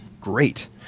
Great